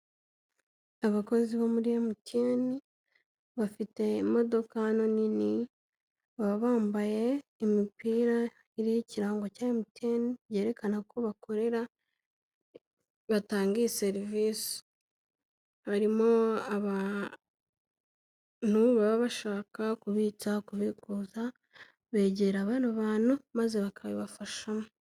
Abakozi bo muri MTN, bafite imodoka hano nini, baba bambaye imipira iriho ikirango cya MTN, byerekana ko bakorera, batange iyi serivisi, barimo abantu baba bashaka kubitsa, kubigoza, begera bano bantu maze bakabibafashamo.